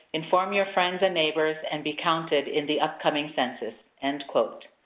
inform your friends and neighbors, and be counted in the upcoming census. end quote.